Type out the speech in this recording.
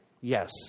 Yes